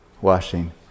washing